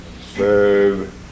serve